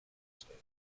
state